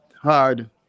hard